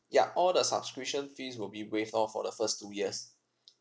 ya all the subscription fees will be waived off for the first two years